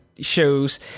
shows